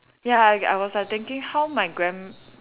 ya I I was like thinking how my grand~